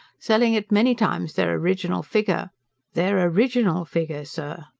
selling at many times their original figure their original figure, sir!